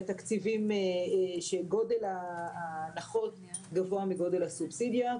שגודל ההנחות גבוה מגודל הסובסידיה,